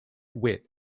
wit